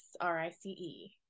R-I-C-E